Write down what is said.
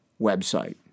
website